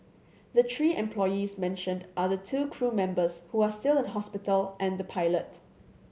the three employees mentioned are the two crew members who are still in hospital and the pilot